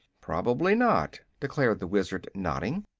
probably not, declared the wizard, nodding.